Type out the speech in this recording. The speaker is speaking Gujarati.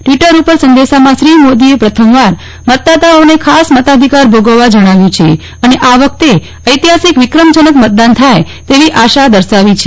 ટવીટર ઉપર સંદેશામાં શ્રી મોદીએ પ્રથમવાર મતદાતાઓને ખાસ મતાધિકાર ભોગવવા જણાવ્યું છે અને આ વખતે ઐતિહાસીક વિક્રમજનક મતદાન થાય તેવી આશા દર્શાવી છે